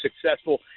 successful